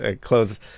close